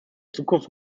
zukunft